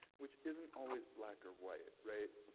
which isn't always black or white, right?